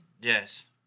Yes